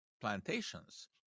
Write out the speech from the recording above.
plantations